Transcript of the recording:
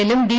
എല്ലും ഡി